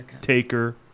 Taker